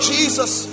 Jesus